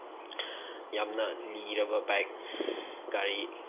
ꯌꯥꯝꯅ ꯂꯤꯔꯕ ꯕꯥꯏꯛ ꯒꯥꯔꯤ